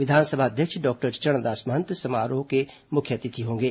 विधानसभा अध्यक्ष डॉक्टर चरणदास महंत समापन समारोह के मुख्य अतिथि होंगे